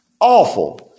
Awful